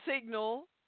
signal